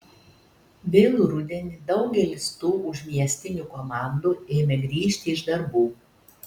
vėlų rudenį daugelis tų užmiestinių komandų ėmė grįžti iš darbų